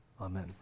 amen